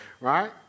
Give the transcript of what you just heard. right